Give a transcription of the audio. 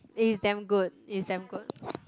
is damn good is damn good